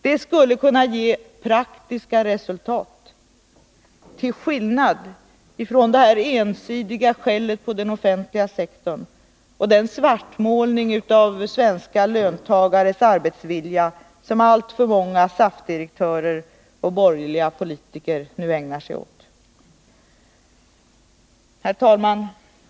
Det skulle kunna ge praktiska resultat till skillnad från det ensidiga skället på den offentliga sektorn och den svartmålning av svenska löntagares arbetsvilja som alltför många SAF-direktörer och borgerliga politiker nu ägnar sig åt. Herr talman!